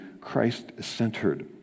christ-centered